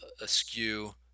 askew